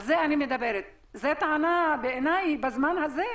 בזמן הזה לטעון את זה,